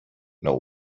know